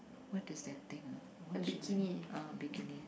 what is that thing ah what is she wearing uh bikini